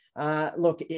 Look